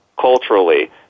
culturally